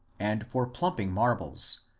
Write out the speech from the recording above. and for plump ing marbles.